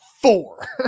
four